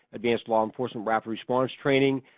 advanced law enforcement rapid-response training,